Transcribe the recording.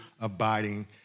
abiding